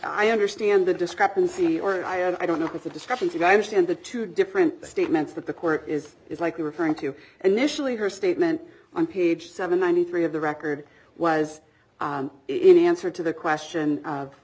i understand the discrepancy or i don't know if it's a discrepancy i understand the two different statements that the court is is likely referring to initially her statement on page seven ninety three of the record was in answer to the question